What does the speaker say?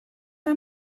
mae